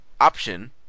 option